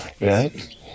right